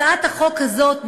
הצעת החוק הזאת,